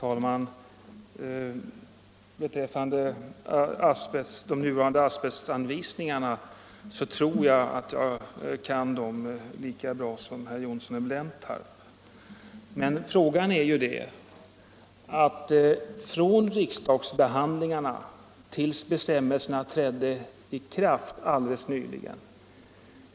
Herr talman! De nuvarande asbestanvisningarna tror jag att jag kan lika bra som herr Johnsson i Blentarp. Men frågan är ju: Hur många skador har uppstått under tiden från riksdagsbehandlingen och till dess bestämmelserna trädde i kraft alldeles nyligen?